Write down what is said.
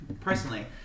personally